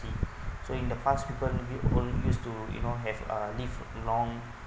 healthy so in the past people always use to you know have a live long